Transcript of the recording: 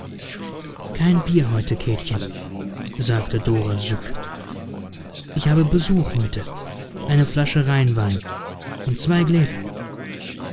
kein bier heute käthchen sagte dora syk ich habe besuch heute eine flasche rheinwein und zwei gläser